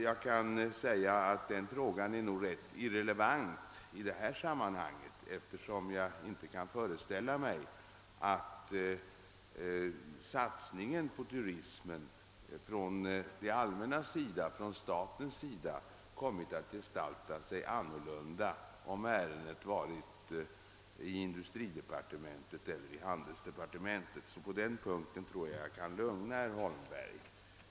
Denna fråga är nog emellertid rätt irrelevant i detta sammanhang, eftersom jag inte kan föreställa mig att den statliga satsningen på turismen skulle ha gestaltat sig annorlunda om ärenden av detta slag hade handlagts inom industridepartementet i stället för inom handelsdepartementet. På denna punkt tror jag mig alltså kunna lugna herr Holmberg.